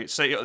Say